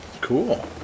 Cool